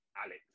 Alex